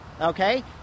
okay